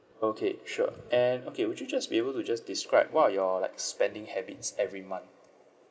okay sure and okay would you just be able to just describe what are your like spending habits every month